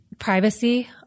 privacy